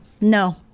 No